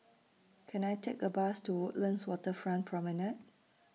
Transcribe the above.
Can I Take A Bus to Woodlands Waterfront Promenade